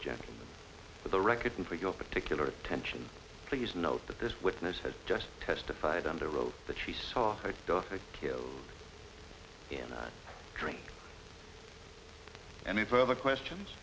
job for the record and for your particular attention please note that this witness has just testified under oath that she saw her daughter killed in a drink any further questions